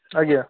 ଆଜ୍ଞା